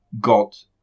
got